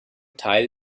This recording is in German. teil